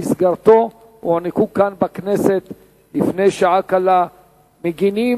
שבמסגרתו הוענקו כאן בכנסת לפני שעה קלה מגינים